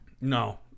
No